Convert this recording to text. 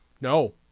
no